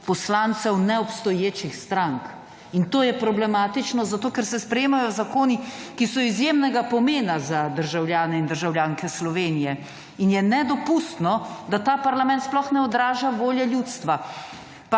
poslancev neobstoječih strank. In to je problematično zato, ker se sprejemajo zakoni, ki so izjemnega pomena za državljane in državljanke Slovenije. In je nedopustno, da ta parlament sploh ne odraža volje ljudstva.